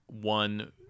one